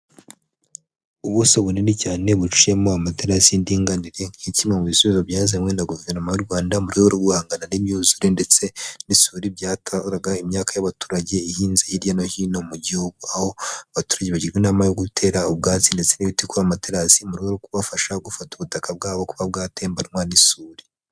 Ubuso bunini cyane, buciyemo amaterasi y’indinganire, nka kimwe mu bisubizo byazanywe na Guverinoma y’u Rwanda mu rwego rwo guhangana n’imyuzure, ndetse n’isuri byatwaraga imyaka y’abaturage bahinze hirya no hino mu gihugu, aho abaturage bagirwa inama yo gutera ubwatsi ndetse n’ibiti, nko mu rwego rwo kubafasha gufata ubutaka bwabo kuba bwatembanwa n’isuri.